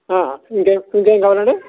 ఇంకేం ఇంకేం కావాలండి